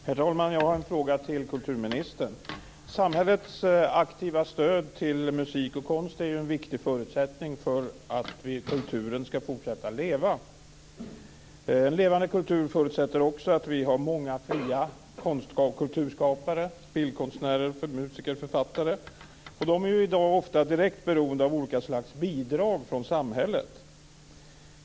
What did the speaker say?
Herr talman! Jag har en fråga till kulturministern. Samhällets aktiva stöd till musik och konst är en viktig förutsättning för att kulturen skall fortsätta leva. En levande kultur förutsätter också att vi har många fria konst och kulturskapare - bildkonstnärer, musiker och författare - och de är i dag ofta direkt beroende av olika slags bidrag från samhället.